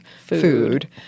food